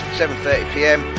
7.30pm